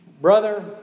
brother